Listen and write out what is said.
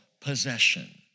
possession